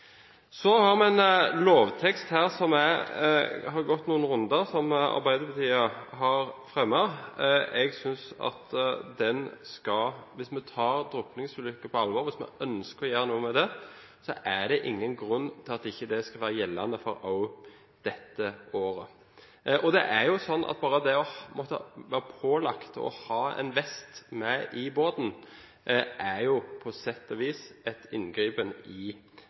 som det er gått noen runder om, som Arbeiderpartiet har fremmet. Jeg synes at hvis vi tar drukningsulykker på alvor og ønsker å gjøre noe med det, er det ingen grunn til at ikke det skal gjelde også dette året. Det er slik at det å være pålagt å ha en vest med i båten på sett og vis er en inngripen i den enkeltes frihet, så den terskelen har vi på sett og vis